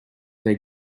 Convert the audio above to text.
their